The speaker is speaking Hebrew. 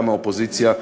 האופוזיציה,